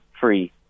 free